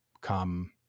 come